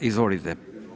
Izvolite.